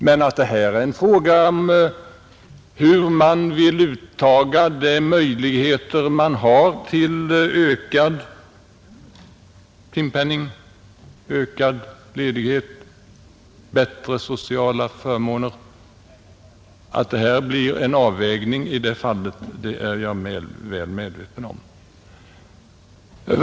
Men att det här blir fråga om hur man vill utta de möjligheter man har till ökad timpenning, ökad ledighet, bättre sociala förmåner och att det blir en avvägning i det fallet är jag väl medveten om.